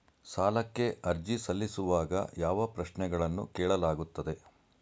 ಸಾಲಕ್ಕೆ ಅರ್ಜಿ ಸಲ್ಲಿಸುವಾಗ ಯಾವ ಪ್ರಶ್ನೆಗಳನ್ನು ಕೇಳಲಾಗುತ್ತದೆ?